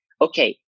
Okay